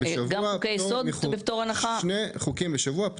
יושב ראש וועדת